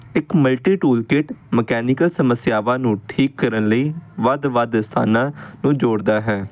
ਇੱਕ multi tool kit mechanical ਸਮੱਸਿਆਵਾਂ ਨੂੰ ਠੀਕ ਕਰਨ ਲਈ ਵੱਧ ਵੱਧ ਸਥਾਨਾਂ ਨੂੰ ਜੋੜਦਾ ਹੈ